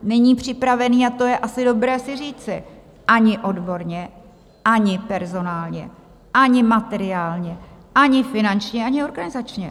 Není připravený a to je asi dobré si říci ani odborně, ani personálně, ani materiálně, ani finančně, ani organizačně.